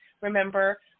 Remember